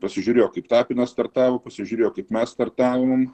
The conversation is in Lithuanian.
pasižiūrėjo kaip tapinas startavo pasižiūrėjo kaip mes startavom